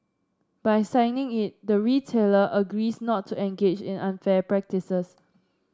by signing it the retailer agrees not to engage in unfair practices